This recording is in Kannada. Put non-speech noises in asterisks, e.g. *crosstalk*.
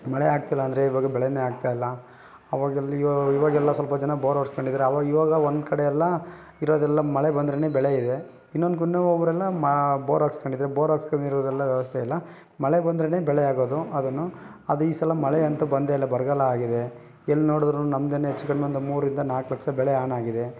ಮಳೆ ಆಗ್ತಿಲ್ಲ ಅಂದರೆ ಇವಾಗ ಬೆಳೆಯೇ ಆಗ್ತಾ ಇಲ್ಲ ಅವಾಗೆಲ್ಲಿ ಇವಾಗ ಇವಾಗೆಲ್ಲ ಸ್ವಲ್ಪ ಜನ ಬೋರ್ ಹೊಡ್ಸ್ಕೊಂಡಿದಾರೆ ಅವಾಗ ಇವಾಗ ಒಂದು ಕಡೆಯೆಲ್ಲ ಇರೋದೆಲ್ಲ ಮಳೆ ಬಂದ್ರೇ ಬೆಳೆಯಿದೆ ಇನ್ನೊಂದು *unintelligible* ಮಾ ಬೋರ್ ಹಾಕ್ಸ್ಕೊಂಡಿದಾರೆ ಬೋರ್ ಹಾಕ್ಸ್ಕಣ್ದಿರೋರೆಲ್ಲ ವ್ಯವಸ್ಥೆ ಇಲ್ಲ ಮಳೆ ಬಂದ್ರೇ ಬೆಳೆ ಆಗೋದು ಅದನ್ನು ಅದು ಈ ಸಲ ಮಳೆ ಅಂತೂ ಬಂದೇ ಇಲ್ಲ ಬರಗಾಲ ಆಗಿದೆ ಎಲ್ಲಿ ನೋಡಿದ್ರೂನು ನಮ್ದೇ ಹೆಚ್ಚು ಕಮ್ಮಿ ಒಂದು ಮೂರರಿಂದ ನಾಲ್ಕು ಲಕ್ಷದ ಬೆಳೆ ಆನಾಗಿದೆ